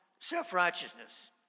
self-righteousness